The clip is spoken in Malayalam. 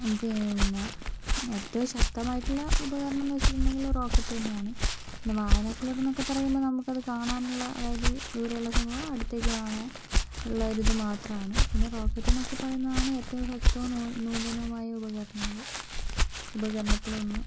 പിന്നെ ഏറ്റവും ശക്തമായിട്ടുള്ള ഉപകരണം എന്നുവെച്ചിട്ടുണ്ടെങ്കില് റോക്കറ്റ് തന്നെയാണ് പിന്നെ ബൈനോക്കുലർ എന്നൊക്കെ പറയുമ്പോൾ നമുക്കത് കാണാൻ ഉള്ള അതായത് ദൂരെയുള്ള സംഭവം അടുത്തേക്ക് കാണാൻ ഉള്ള ഒരിത് മാത്രമാണ് പിന്നെ റോക്കറ്റ് എന്നൊക്കെ പറയുന്നതാണ് ഏറ്റവും ശക്തവും നൂതനവും ആയ ഉപകരണങ്ങള് ഉപകരണത്തിലൊന്ന്